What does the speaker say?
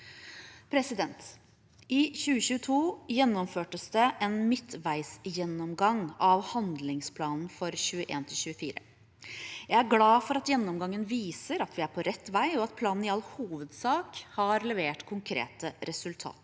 ble det gjennomført en midtveisgjennomgang av handlingsplanen for 2021–2024. Jeg er glad for at gjennomgangen viser at vi er på rett vei, og at planen i all hovedsak har levert konkrete resultater.